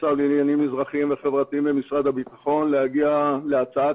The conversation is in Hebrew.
השר לעניינים אזרחיים וחברתיים במשרד הביטחון להגיע להצעת